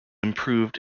improved